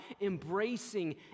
embracing